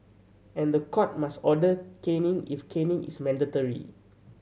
and the court must order caning if caning is mandatory